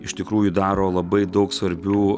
iš tikrųjų daro labai daug svarbių